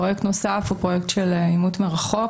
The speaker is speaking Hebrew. פרויקט נוסף הוא פרויקט של אימות מרחוק,